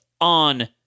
on